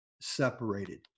separated